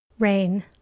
Rain